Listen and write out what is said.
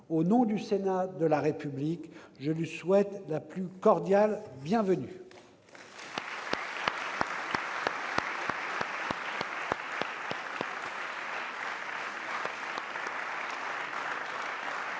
Au nom du Sénat de la République, je lui souhaite la plus cordiale bienvenue.